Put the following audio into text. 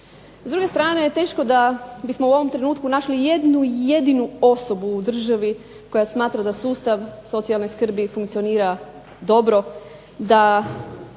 S druge strane, teško da bismo u ovom trenutku našli jednu jedinu osobu u državi koja smatra da sustav socijalne skrbi funkcionira dobro, da